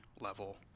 level